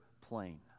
plane